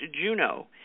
Juno